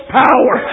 power